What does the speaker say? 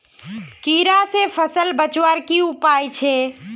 कीड़ा से फसल बचवार की उपाय छे?